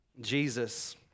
Jesus